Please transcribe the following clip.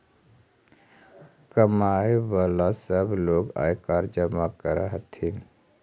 कमाय वला सब लोग आयकर जमा कर हथिन